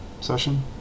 session